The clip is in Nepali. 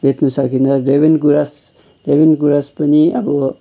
बेच्नु सकिन्छ जैवीनको रस जैवीनको रस पनि अब